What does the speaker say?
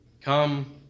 Come